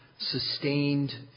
Sustained